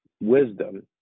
wisdom